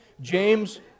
James